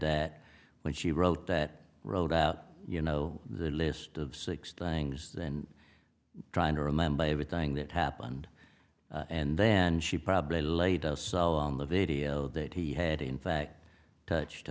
that when she wrote that road out you know the list of six things then trying to remember everything that happened and then she probably laid out on the video that he had in fact touched